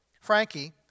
Frankie